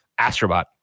Astrobot